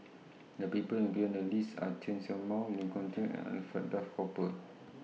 The People included in The list Are Chen Show Mao Lee Koon Chin and Alfred Duff Cooper